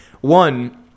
One